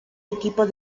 equipo